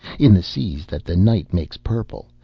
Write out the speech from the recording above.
in the sea that the night makes purple,